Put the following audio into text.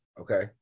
Okay